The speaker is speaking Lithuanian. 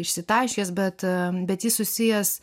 išsitaškęs bet bet jis susijęs